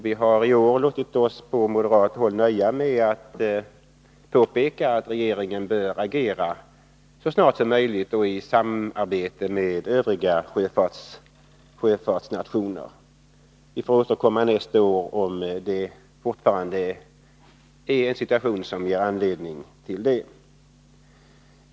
Vi har i år på moderat håll låtit oss nöja med att påpeka att regeringen bör agera så snart som möjligt och i samarbete med övriga sjöfartsnationer. Vi får återkomma nästa år om situationen är oförändrad.